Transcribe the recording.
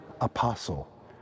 apostle